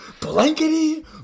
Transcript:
Blankety